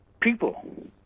people